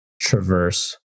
traverse